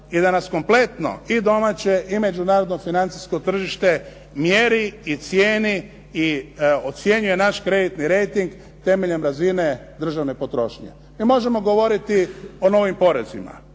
i da nas kompletno i domaće i međunarodno financijsko tržište mjeri i cijeni i ocjenjuje naš kreditni reiting temeljem razine državne potrošnje. Mi možemo govoriti o novim porezima,